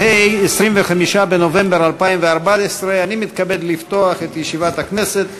את ישיבת הכנסת.